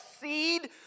seed